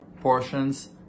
portions